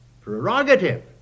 prerogative